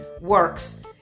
works